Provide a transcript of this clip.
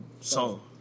song